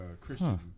Christian